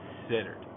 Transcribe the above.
considered